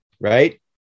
right